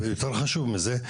וחשוב מזה,